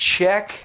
Check